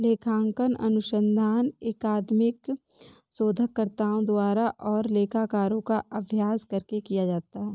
लेखांकन अनुसंधान अकादमिक शोधकर्ताओं द्वारा और लेखाकारों का अभ्यास करके किया जाता है